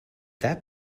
that